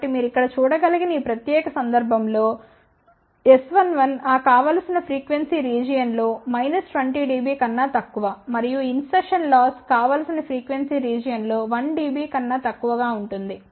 కాబట్టి మీరు ఇక్కడ చూడగలిగిన ఈ ప్రత్యేక సందర్భం లో S11 ఆ కావలసిన ఫ్రీక్వెన్సీ రీజియన్ లో 20 dB కన్నా తక్కువ మరియు ఇన్సర్షన్ లాస్ కావలసిన ఫ్రీక్వెన్సీ రీజియన్ లో 1 dB కన్నా తక్కువ గా ఉంటుంది